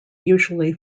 usually